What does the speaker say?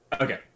Okay